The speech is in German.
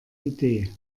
idee